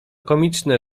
komiczne